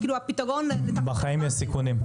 בחיים יש סיכונים.